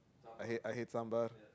I had I had sambal